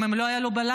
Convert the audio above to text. אם הם לא יעלו בלילה.